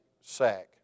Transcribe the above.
sack